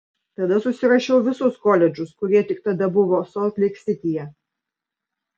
tada susirašiau visus koledžus kurie tik tada buvo solt leik sityje